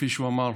כפי שהוא אמר,